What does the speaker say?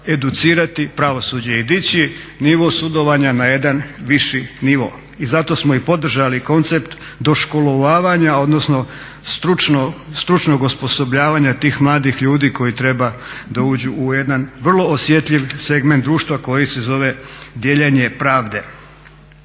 educirati pravosuđe i dići nivo sudovanja na jedan viši nivo. I zato smo i podržali koncept doškolovanja odnosno stručnog osposobljavanja tih mladih ljudi koji treba da uđu u jedan vrlo osjetljiv segment društva koji se zove dijeljenje pravde.